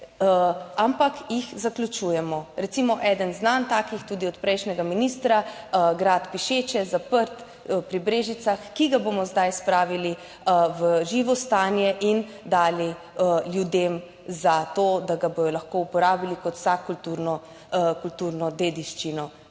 ampak jih zaključujemo. Recimo eden znan takih, tudi od prejšnjega ministra, grad Pišeče, je zaprt, pri Brežicah, ki ga bomo zdaj spravili v živo stanje in dali ljudem za to, da ga bodo lahko uporabili kot vsak kulturno, kulturno